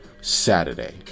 Saturday